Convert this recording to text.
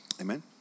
amen